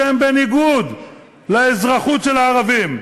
שהן בניגוד לאזרחות של הערבים,